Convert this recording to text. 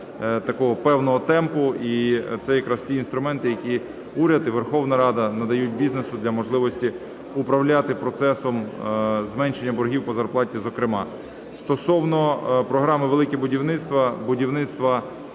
такого певного темпу і це якраз ті інструменти, які уряд і Верховна Рада надають бізнесу для можливості управляти процесом зменшення боргів по зарплаті, зокрема. Стосовно програми "Велике будівництво". Будівництво